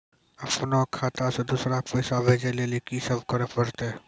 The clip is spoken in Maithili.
अपनो खाता से दूसरा के पैसा भेजै लेली की सब करे परतै?